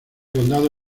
condado